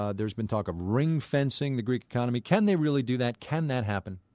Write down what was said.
ah there's been talk of ringfencing the greek economy. can they really do that can that happen?